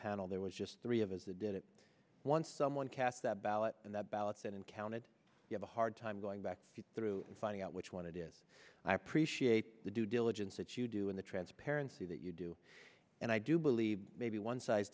panel there was just three of us the did it once someone cast that ballot and the ballots and counted have a hard time going back through and finding out which one it is and i appreciate the due diligence that you do in the transparency that you do and i do believe maybe one size